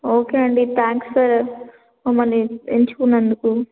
okay అండి thanks sir మమ్మల్ని ఎంచుకున్నందుకు